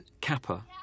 Kappa